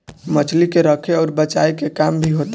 मछली के रखे अउर बचाए के काम भी होता